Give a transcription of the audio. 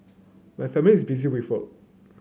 my family is busy with work